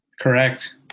Correct